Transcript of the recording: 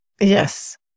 Yes